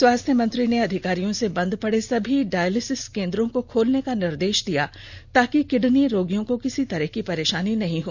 स्वास्थ्य मंत्री ने अधिकारियों से बंद पडे सभी डायलिसिस केंद्रों को खोलने का निर्देश दिया ताकि किडनी रोगियों को किसी तरह की परेशानी नहीं हो